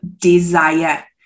desire